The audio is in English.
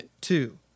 two